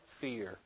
fear